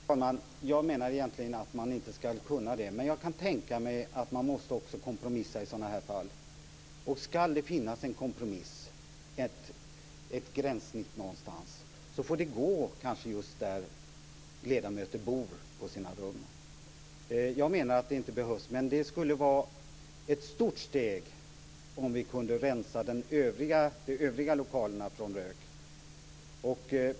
Fru talman! Jag menar egentligen att man inte skall kunna det. Men jag kan tänka mig att man också måste kompromissa i sådana här fall. Skall det finnas en kompromiss, ett gränssnitt någonstans, får det kanske gå just där ledamöter bor på sina rum. Jag menar att det inte behövs. Men det skulle vara ett stort steg om vi kunde rensa de övriga lokalerna från rök.